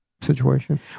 situation